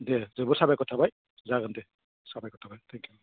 दे जोबोद साबायखर थाबाय जागोन दे साबायखर थाबाय थेंक इउ